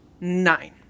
Nine